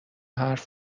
حرف